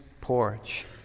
porch